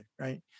right